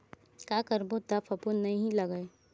का करबो त फफूंद नहीं लगय?